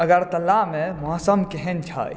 अगरतलामे मौसम केहेन छै